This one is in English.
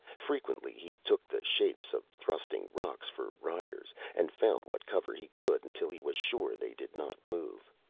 frequently he took the shapes of thrusting rocks for riders, and found what cover he could until he was sure they did not move.